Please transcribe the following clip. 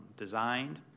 designed